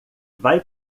vai